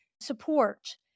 support